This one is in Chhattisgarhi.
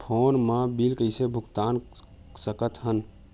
फोन मा बिल कइसे भुक्तान साकत हन?